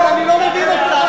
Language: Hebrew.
אבל אני לא מבין אותך.